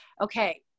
okay